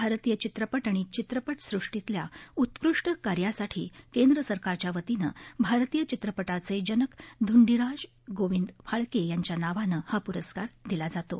भारतीय चित्रप आणि चित्रप सृष्टीतल्या उत्कृष्ट कार्यासाठी केंद्र सरकारच्या वतीनं भारतीय चित्रपश्वे जनक धुंडीराजा गोविंद फाळके यांच्या नावानं हा पुरस्कार दिला जातो